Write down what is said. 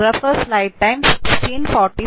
അങ്ങനെ അത് വരേം കിട്ടി